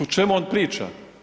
O čemu on priča?